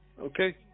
Okay